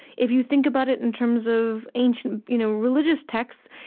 if you think about it in terms of ancient you know religious texts,